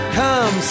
come